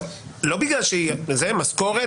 מדובר במשכורת,